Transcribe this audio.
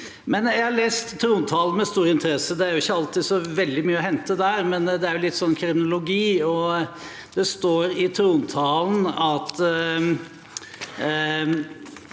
Jeg har lest trontalen med stor interesse. Det er jo ikke alltid så veldig mye å hente der, men det er litt kronologi, og det står i trontalen at